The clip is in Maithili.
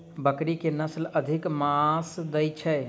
बकरी केँ के नस्ल अधिक मांस दैय छैय?